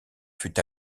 fut